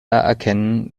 erkennen